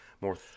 more